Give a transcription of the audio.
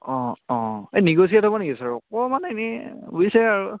অঁ অঁ এই নিগ'চিয়েট হ'ব নেকি চাৰ অকণমান এনেই বুজিছেই আৰু